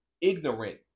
ignorant